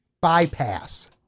bypass